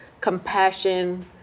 compassion